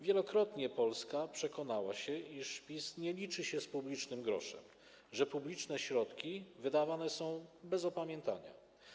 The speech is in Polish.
Wielokrotnie Polska przekonała się, iż PiS nie liczy się z publicznym groszem, że publiczne środki wydawane są bez opamiętania.